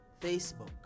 facebook